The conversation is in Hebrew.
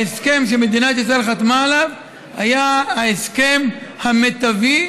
ההסכם שמדינת ישראל חתמה עליו היה ההסכם המיטבי,